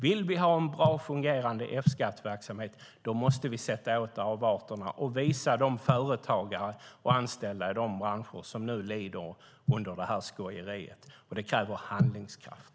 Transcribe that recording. Vill vi ha en bra fungerande F-skattverksamhet måste vi sätta åt avarterna och visa det för de företagare och anställda i de branscher som nu lider under skojeriet. Det kräver handlingskraft.